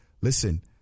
listen